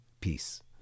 peace